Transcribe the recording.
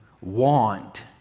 want